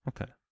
okay